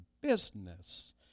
business